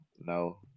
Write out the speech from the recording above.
no